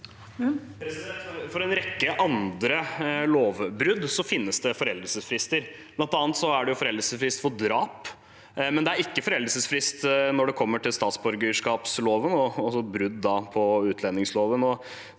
For en rekke andre lovbrudd finnes det foreldelsesfrister. Blant annet er det foreldelsesfrist for drap, men det er ikke foreldelsesfrist når det gjelder statsborgerloven og brudd på utlendingsloven.